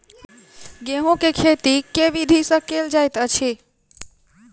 गेंहूँ केँ खेती केँ विधि सँ केल जाइत अछि?